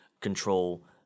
control